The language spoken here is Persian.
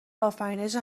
آفرینش